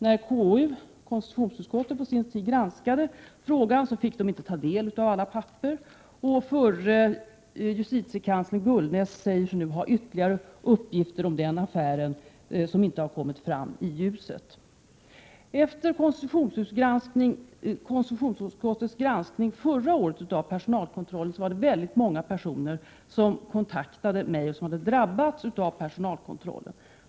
När konstitutionsutskottet på sin tid granskade frågan fick man inte ta del av alla papper, och förre justitiekanslern Gullnäs säger sig nu ha ytterligare uppgifter om den affären, som inte har kommit fram i ljuset. Efter KU:s granskning förra året av personalkontrollen var det väldigt många personer som kontaktade mig och sade att de hade drabbats av personalkontroll.